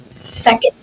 second